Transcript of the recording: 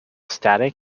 static